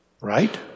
right